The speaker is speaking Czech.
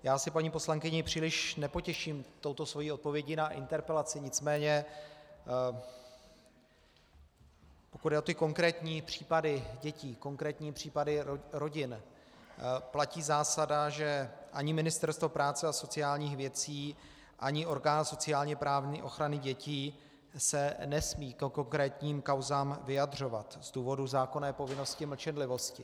Asi paní poslankyni příliš nepotěším touto svou odpovědí na interpelaci, nicméně pokud jde o ty konkrétní případy dětí, konkrétní případy rodin, platí zásada, že ani Ministerstvo práce a sociálních věcí, ani orgán sociálněprávní ochrany dětí se nesmí ke konkrétním kauzám vyjadřovat z důvodu zákonné povinnosti mlčenlivosti.